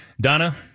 Donna